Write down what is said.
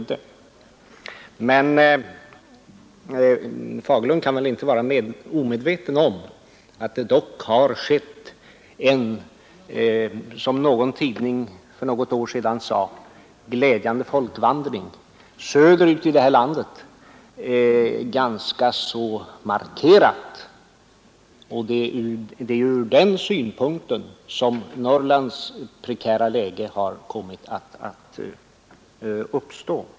Men herr Fagerlund kan väl inte vara omedveten om att det dock har inträffat — som en tidning för något år sedan sade — en ”glädjande folkvandring” söderut här i landet. Den har varit ganska markerad, och det är orsaken till att Norrlands prekära läge har uppstått.